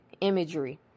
Imagery